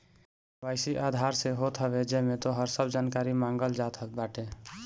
KYC Aadhaar से होत हवे जेमे तोहार सब जानकारी मांगल जात बाटे